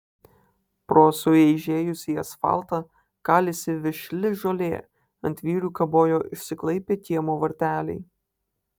pro sueižėjusį asfaltą kalėsi vešli žolė ant vyrių kabojo išsiklaipę kiemo varteliai